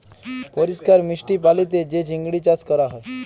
পরিষ্কার মিষ্টি পালিতে যে চিংড়ি চাস ক্যরা হ্যয়